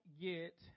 get